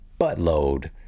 buttload